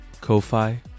Ko-Fi